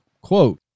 Quote